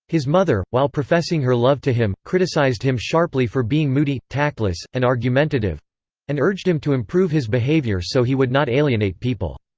his mother, while professing her love to him, criticized him sharply for being moody, tactless, and argumentative and urged him to improve his behavior so he would not alienate people.